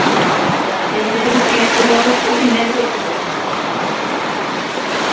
अच्छा ते जेह्ड़े गुट्टे दे फुल्ल ओह् किन्ने रपेऽ किलो